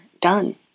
done